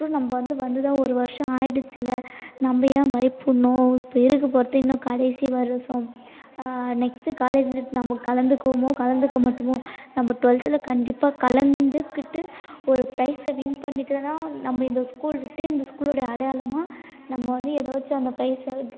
அதுக்கப்புறம் நம்ம வந்து வந்து தான் ஒரு வருஷம் ஆகிடுச்சில நம்ம ஏன் பயப்பட்ணும் இப்போ இருக்க போகிறது இன்னும் கடைசி வருஷம் நெக்ஸ்ட்டு காலேஜ்ஜி நம்ம கலந்துக்குவோமோ கலந்துக்கமாட்டோமோ நம்ம டுவெல்த்தில் கண்டிப்பாக கலந்துக்கிட்டு ஒரு ப்ரைஸ்ஸை வின் பண்ணிவிட்டுதான் நம்ம இந்த ஸ்கூல் விட்டு இந்த ஸ்கூலோடய அடையாளமாக நம்ம வந்து ஏதாச்சும் அந்த ப்ரைஸ்ஸையாவது